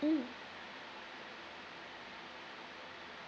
mm